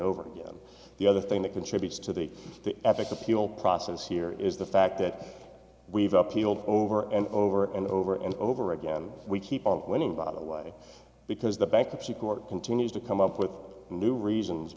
over again the other thing that contributes to the epic appeal process here is the fact that we've up healed over and over and over and over again we keep on winning by the way because the bankruptcy court continues to come up with new reasons